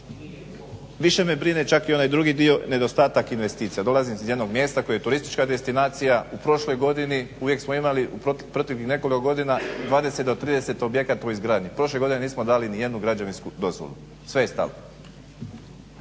Više me brine čak i onaj drugi dio, nedostatak investicija. Dolazim iz jednog mjesta koje je turistička destinacija. U prošloj godini, uvijek smo imali u proteklih nekoliko godina 20-30 objekata u izgradnji, prošle godine nismo dali nijednu građevinsku dozvolu. Sve je stalo.